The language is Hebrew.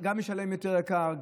גם לשלם יותר יקר,